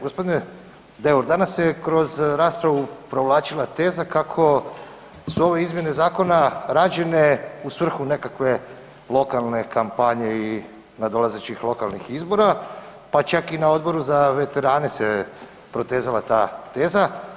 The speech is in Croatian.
Gospodine Deur, danas se kroz raspravu provlačila teza kako su ove izmjene zakona rađene u svrhu nekakve lokalne kampanje i nadolazećih lokalnih izbora, pa čak i na Odboru za veterane se protezala ta teza.